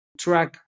track